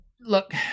look